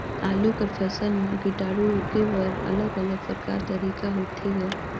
आलू कर फसल म कीटाणु रोके बर अलग अलग प्रकार तरीका होथे ग?